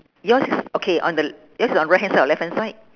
yours is okay on the yours is on right hand side or left hand side